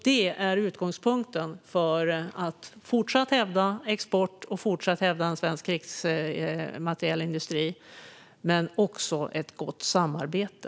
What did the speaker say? Det är utgångspunkten för att fortsatt hävda export och att fortsatt hävda en svensk krigsmaterielindustri men också ett gott samarbete.